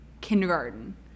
kindergarten